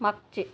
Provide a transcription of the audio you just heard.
मागचे